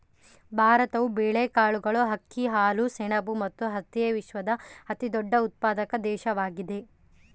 ಭಾರತವು ಬೇಳೆಕಾಳುಗಳು, ಅಕ್ಕಿ, ಹಾಲು, ಸೆಣಬು ಮತ್ತು ಹತ್ತಿಯ ವಿಶ್ವದ ಅತಿದೊಡ್ಡ ಉತ್ಪಾದಕ ದೇಶವಾಗಿದೆ